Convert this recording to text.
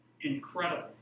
incredible